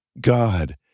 God